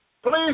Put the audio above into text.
Please